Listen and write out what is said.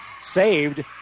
Saved